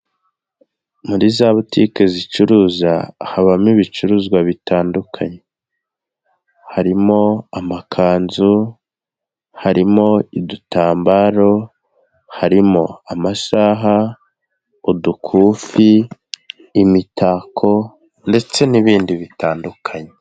Muri za butike zicuruza habamo ibicuruzwa bitandukanye. Harimo amakanzu, harimo udutambaro, harimo amasaha, udukufi, imitako ndetse n'ibindi bitandukanye.